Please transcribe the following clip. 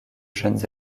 jeunes